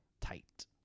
tight